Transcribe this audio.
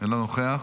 אינו נוכח,